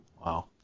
Wow